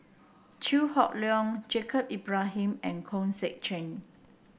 Chew Hock Leong Yaacob Ibrahim and Hong Sek Chern